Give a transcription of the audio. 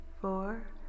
four